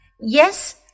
Yes